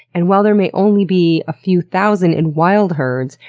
and while there may only be a few thousand in wild herds,